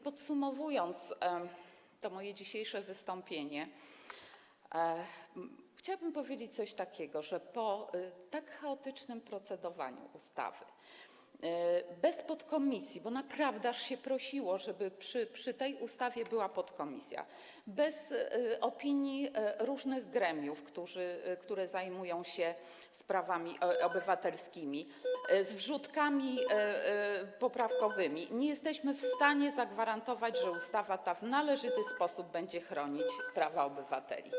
Podsumowując moje dzisiejsze wystąpienie, chciałabym powiedzieć, że po tak chaotycznym procedowaniu nad ustawą, bez podkomisji - naprawdę aż się prosiło, żeby w przypadku tej ustawy była podkomisja - bez opinii różnych gremiów, które zajmują się sprawami obywatelskimi, z wrzutkami poprawkowymi, nie jesteśmy w stanie zagwarantować, że ustawa ta w należyty sposób będzie chronić prawa obywateli.